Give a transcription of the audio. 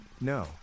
No